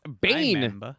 Bane